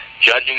judging